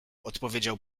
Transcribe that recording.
odpowiedział